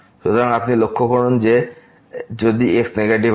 সুতরাং আপনি লক্ষ্য করুন যে যদি x নেগেটিভ হয়